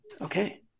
Okay